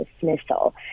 dismissal